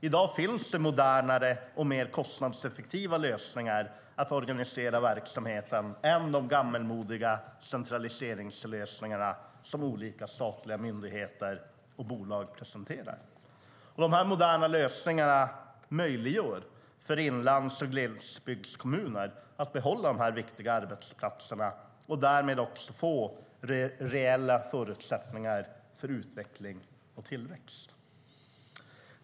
I dag finns det modernare och mer kostnadseffektiva lösningar för att organisera verksamheten än de gammalmodiga centraliseringslösningar som olika statliga myndigheter och bolag presenterar. De moderna lösningarna möjliggör för inlands och glesbygdskommuner att behålla dessa viktiga arbetsplatser och därmed få reella förutsättningar för utveckling och tillväxt.